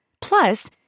Plus